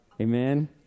Amen